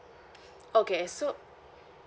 okay so